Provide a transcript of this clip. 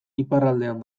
iparraldean